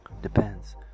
Depends